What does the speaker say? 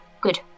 good